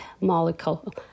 molecule